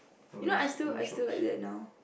you know I still I still like that now